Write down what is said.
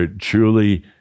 truly